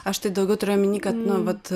aš tai daugiau turiu omeny kad nu vat